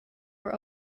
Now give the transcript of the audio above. were